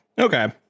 Okay